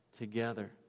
together